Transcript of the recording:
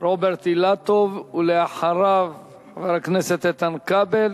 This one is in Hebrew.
רוברט אילטוב, ואחריו, חבר הכנסת איתן כבל,